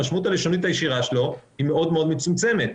המשמעות הלשונית הישירה שלו היא מאוד מאוד מצומצמת.